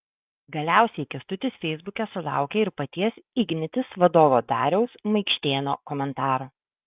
galiausiai kęstutis feisbuke sulaukė ir paties ignitis vadovo dariaus maikštėno komentaro